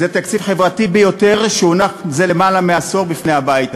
זה התקציב החברתי ביותר שהונח זה למעלה מעשור בפני הבית הזה.